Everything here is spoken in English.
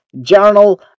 journal